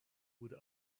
would